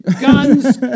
guns